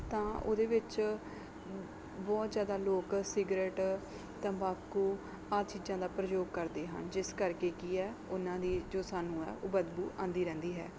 ਤਾਂ ਉਹਦੇ ਵਿੱਚ ਬਹੁਤ ਜ਼ਿਆਦਾ ਲੋਕ ਸਿਗਰੇਟ ਤੰਬਾਕੂ ਆਹ ਚੀਜ਼ਾਂ ਦਾ ਪ੍ਰਯੋਗ ਕਰਦੇ ਹਨ ਜਿਸ ਕਰਕੇ ਕੀ ਹੈ ਉਹਨਾਂ ਦੀ ਜੋ ਸਾਨੂੰ ਆ ਉਹ ਬਦਬੂ ਆਉਂਦੀ ਰਹਿੰਦੀ ਹੈ